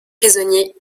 prisonniers